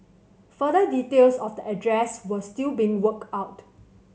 further details of the address were still being worked out